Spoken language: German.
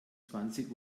zwanzig